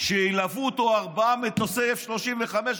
שילוו אותו ארבעה מטוסי F-35,